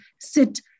sit